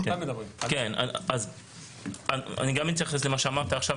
אני גם אתייחס למה שאמרת עכשיו,